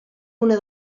una